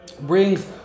brings